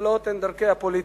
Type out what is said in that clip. נפלאות הן דרכי הפוליטיקה.